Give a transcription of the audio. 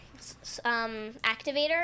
activator